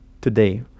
today